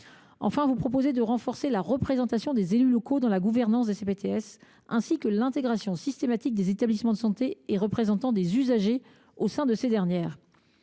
vous proposez de renforcer la représentation des élus locaux dans la gouvernance des CPTS, ainsi que l’intégration systématique des établissements de santé et représentants des usagers au sein de ces dernières.